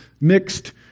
Mixed